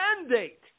mandate